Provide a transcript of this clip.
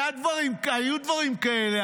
היו דברים כאלה,